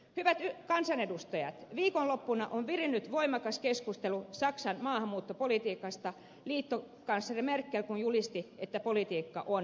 hyvät kansanedustajat viikonloppuna on virinnyt voimakas keskustelu saksan maahanmuuttopolitiikasta kun liittokansleri merkel julisti että politiikka on epäonnistunut